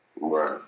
Right